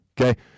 okay